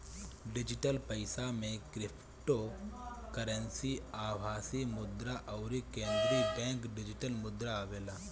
digital पईसा में cryptocurrency, आभासी मुद्रा अउरी केंद्रीय बैंक डिजिटल मुद्रा आवेला